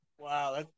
Wow